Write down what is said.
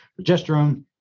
progesterone